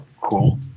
Cool